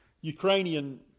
Ukrainian